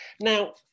Now